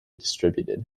distributed